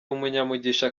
umunyamugisha